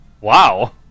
Wow